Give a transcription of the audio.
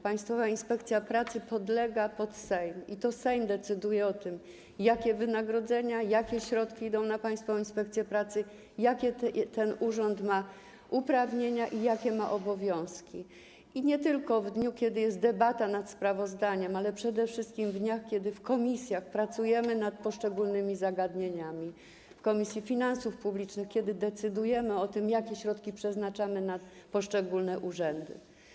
Państwowa Inspekcja Pracy podlega Sejmowi i to Sejm decyduje o tym, jakie wynagrodzenia, jakie środki idą na Państwową Inspekcję Pracy, jakie ten urząd ma uprawnienia i jakie ma obowiązki, nie tylko w dniu, kiedy jest debata nad sprawozdaniem, lecz przede wszystkim w dniach, kiedy w komisjach pracujemy nad poszczególnymi zagadnieniami, kiedy w Komisji Finansów Publicznych decydujemy, jakie środki przeznaczamy na poszczególne urzędy.